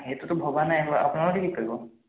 সেইটোতো ভবা নাই বাৰু আপোনালোকে কি কৰিব